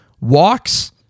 walks